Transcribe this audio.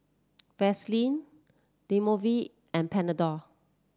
Vaselin Dermaveen and Panadol